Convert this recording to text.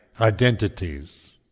identities